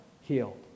healed